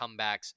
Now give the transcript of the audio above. comebacks